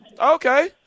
Okay